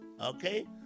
okay